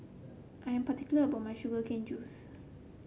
I am particular about my Sugar Cane Juice